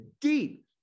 deep